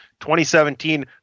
2017